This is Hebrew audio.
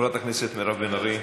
חברת הכנסת מירב בן ארי,